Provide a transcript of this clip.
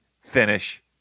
finish